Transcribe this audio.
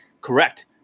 correct